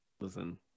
Listen